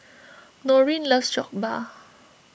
Norene loves Jokbal